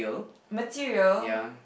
material